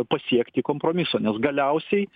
pasiekti kompromiso nes galiausiai